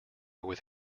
with